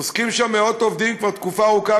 עוסקים שם מאות עובדים כבר תקופה ארוכה,